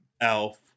Elf